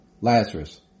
Lazarus